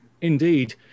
Indeed